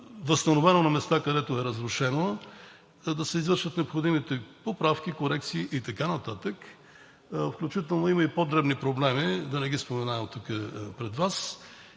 възстановено на местата, където е разрушено, да се извършат необходимите поправки, корекции и така нататък, включително има и по-дребни проблеми, да не ги споменавам тук пред Вас.